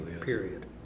period